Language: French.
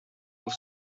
aux